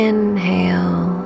Inhale